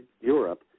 Europe